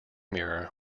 mirror